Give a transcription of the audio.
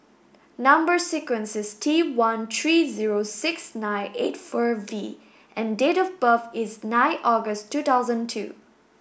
number sequence is T one three zero six nine eight four V and date of birth is nine August two thousand two